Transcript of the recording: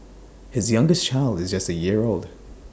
his youngest child is just A year old